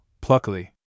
pluckily